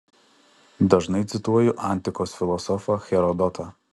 dažnai cituoju antikos filosofą herodotą